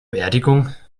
beerdigung